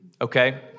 okay